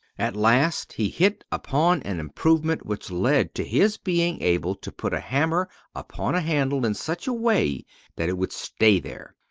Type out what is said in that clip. at last, he hit upon an improvement which led to his being able to put a hammer upon a handle in such a way that it would stay there.